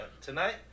Tonight